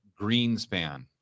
Greenspan